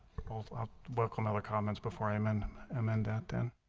ah welcome other comments before i amend amend that then